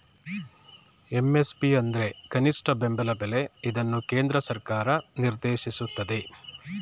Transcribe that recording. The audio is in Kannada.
ಎಂ.ಎಸ್.ಪಿ ಅಂದ್ರೆ ಕನಿಷ್ಠ ಬೆಂಬಲ ಬೆಲೆ ಇದನ್ನು ಕೇಂದ್ರ ಸರ್ಕಾರ ನಿರ್ದೇಶಿಸುತ್ತದೆ